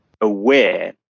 aware